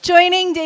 Joining